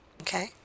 okay